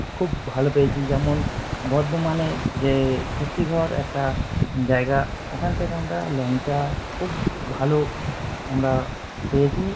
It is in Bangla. খুব ভালো পেয়েছি যেমন বর্ধমানে যে শক্তিগড় একটা জায়গা ওখান থেকে আমরা ল্যাংচা খুব ভালো আমরা পেয়েছি